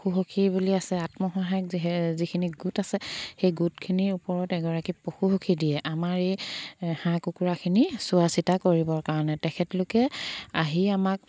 পশুসখী বুলি আছে আত্মসহায়ক যি যিখিনি গোট আছে সেই গোটখিনিৰ ওপৰত এগৰাকী পশুসখী দিয়ে আমাৰ এই হাঁহ কুকুৰাখিনি চোৱা চিতা কৰিবৰ কাৰণে তেখেতলোকে আহি আমাক